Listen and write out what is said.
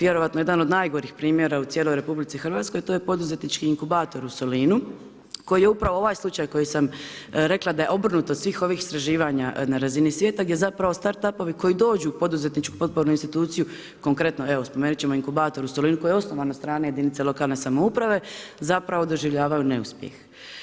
vjerojatno jedan od najgorih primjera u cijeloj RH, to je poduzetnički inkubator u Solinu koji je upravo ovaj slučaj koji sam rekla da je obrnut od svih ovih istraživanja na razini svijeta gdje zapravo start-upovi koji dođu u poduzetničku potpornu instituciju, konkretno evo spomenut ćemo inkubator u Solinu, koji je osnovan od strane jedinca lokalne samouprave, zapravo doživljavaju neuspijeh.